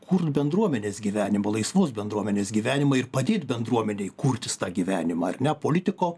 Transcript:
kurt bendruomenės gyvenimo laisvos bendruomenės gyvenimą ir padėt bendruomenei kurtis tą gyvenimą ar ne politiko